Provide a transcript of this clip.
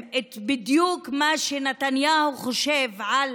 בדיוק את מה שנתניהו חושב על